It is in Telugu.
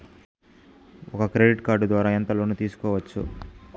ఒక క్రెడిట్ కార్డు ద్వారా ఎంత లోను తీసుకోవచ్చు?